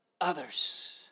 others